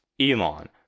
Elon